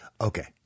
okay